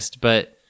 But-